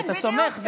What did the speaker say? אתה סומך.